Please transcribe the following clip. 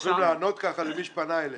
הם יכולים לענות ככה למי שפנה אליהם.